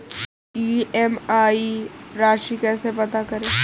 EMI राशि कैसे पता करें?